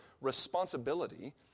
responsibility